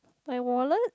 my wallet